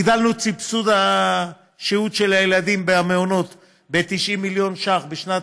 הגדלנו את סבסוד שהות הילדים במעונות ב-90 מיליון שקלים בשנת